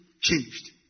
changed